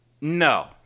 No